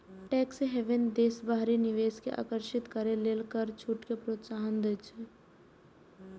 tax haven देश बाहरी निवेश कें आकर्षित करै लेल कर छूट कें प्रोत्साहन दै छै